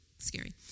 Scary